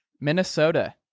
Minnesota